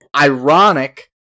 Ironic